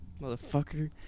motherfucker